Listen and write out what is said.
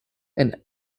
and